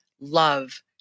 love